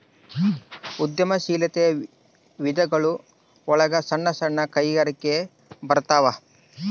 ಉದ್ಯಮ ಶೀಲಾತೆಯ ವಿಧಗಳು ಒಳಗ ಸಣ್ಣ ಸಣ್ಣ ಕೈಗಾರಿಕೆ ಬರತಾವ